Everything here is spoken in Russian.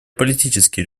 политический